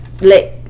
Let